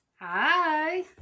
hi